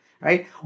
right